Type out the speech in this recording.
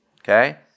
Okay